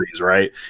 right